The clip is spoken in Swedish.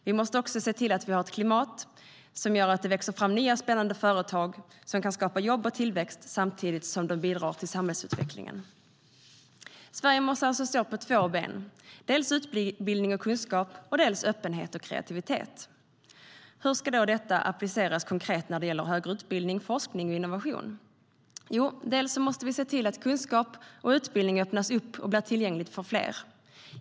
Vi måste också se till att vi har ett klimat som gör att det växer fram nya spännande företag som kan skapa jobb och tillväxt samtidigt som de bidrar till samhällsutvecklingen. Sverige måste alltså stå på två ben: dels utbildning och kunskap, dels öppenhet och kreativitet. Hur ska då detta appliceras konkret när det gäller högre utbildning, forskning och innovation? Jo, dels måste vi se till att kunskap och utbildning öppnas och blir tillgänglig för fler.